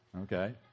Okay